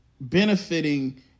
benefiting